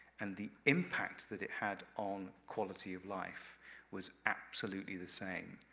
and the impact that it had on quality of life was absolutely the same,